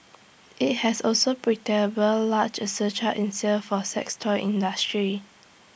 IT has also large A surcharge in sales for sex toy industry